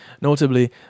notably